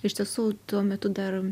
iš tiesų tuo metu dar